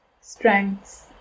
strengths